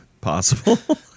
possible